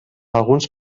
alguns